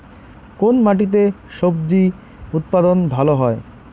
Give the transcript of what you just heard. কোন মাটিতে স্বজি উৎপাদন ভালো হয়?